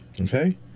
Okay